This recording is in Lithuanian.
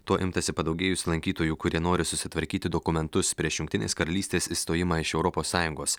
to imtasi padaugėjus lankytojų kurie nori susitvarkyti dokumentus prieš jungtinės karalystės išstojimą iš europos sąjungos